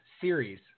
series